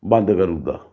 बंद करुड़दा